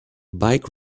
bike